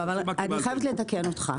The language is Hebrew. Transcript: אבל אני חייבת לתקן אותך.